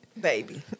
Baby